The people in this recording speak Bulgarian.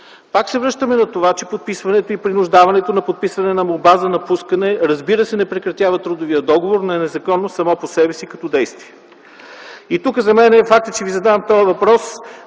Пак се връщаме на това, че подписването и принуждаването към подписване на молба за напускане, разбира се, не прекратява трудовия договор, но е незаконно само по себе си като действие. Фактът, че Ви задавам този въпрос,